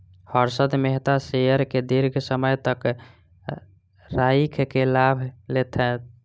Harshad Mehta share के दीर्घ समय तक राइख के लाभ लेलैथ